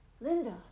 Linda